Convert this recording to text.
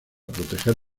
proteger